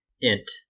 int